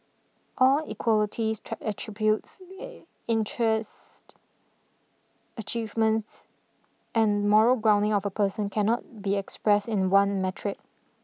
all equalities attributes interests achievements and moral grounding of a person cannot be expressed in one metric